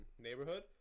neighborhood